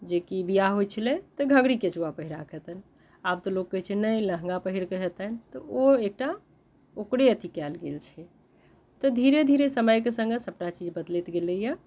जेकि बिआह होइत छलै तऽ घघरी केचुआ पहिराके हेतनि आब तऽ लोक कहैत छै ने लहङ्गा पहिरके हेतनि तऽ ओ एकटा ओकरे अथि कयल गेल छै तऽ धीरे धीरे समयके सङ्गे सभटा चीज बदलैत गेलेया